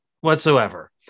whatsoever